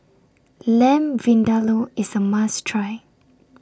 Lamb Vindaloo IS A must Try